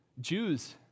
Jews